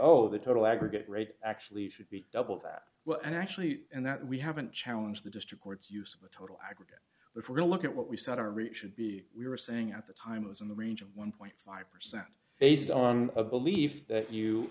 oh the total aggregate rate actually should be double that well actually and that we haven't challenge the district court's use of the total aggregate but really look at what we said our reach should be we were saying at the time it was in the range of one five percent based on a belief that you